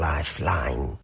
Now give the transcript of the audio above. Lifeline